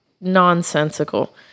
nonsensical